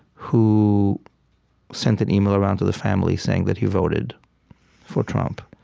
who sent an email around to the family saying that he voted for trump.